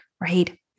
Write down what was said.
right